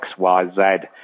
XYZ